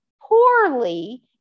poorly